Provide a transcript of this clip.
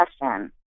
question